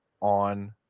on